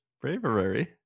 bravery